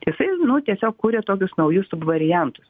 jisai nu tiesiog kuria tokius naujus subvariantus